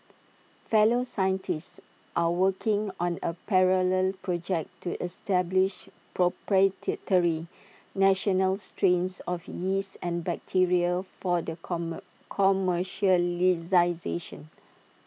fellow scientists are working on A parallel project to establish proprietary national strains of yeast and bacteria for the comer commercialisation